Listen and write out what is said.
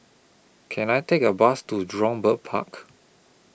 Can I Take A Bus to Jurong Bird Park